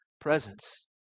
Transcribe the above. presence